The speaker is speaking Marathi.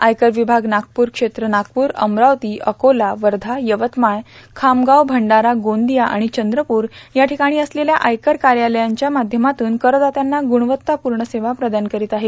आयकर विभाग नागपूर क्षेत्र नागपूर अमरावती अकोला वर्धा यवतमाळ खामगाव भंडारा गोंदिया आणि चंद्रपूर या ठिकाणी असलेल्या आयकर कार्यालयांच्या माध्यमातून करदात्यांना गुणवत्तापूर्ण सेवा प्रदान करीत आहे